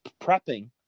prepping